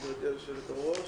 גברתי היושבת-ראש.